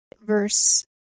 verse